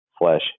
flesh